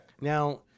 now